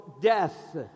death